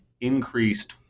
increased